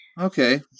Okay